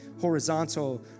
horizontal